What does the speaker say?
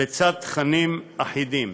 לצד תכנים אחידים.